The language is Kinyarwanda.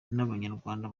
n’abanyarwanda